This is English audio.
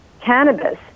cannabis